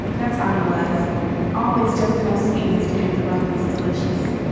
that's how he was always just enough sweetness to make the roughness delicious.